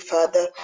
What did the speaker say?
Father